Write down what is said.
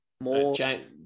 More